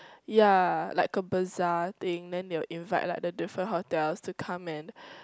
yeah like a bazaar thing then they will invite the different hotel to come and